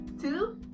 two